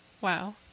wow